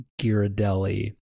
Ghirardelli